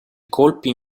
colpi